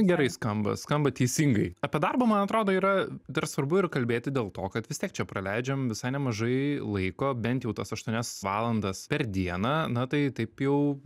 gerai skamba skamba teisingai apie darbą man atrodo yra dar svarbu ir kalbėti dėl to kad vis tiek čia praleidžiam visai nemažai laiko bent jau tas aštuonias valandas per dieną na tai taip jau